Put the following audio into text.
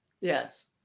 yes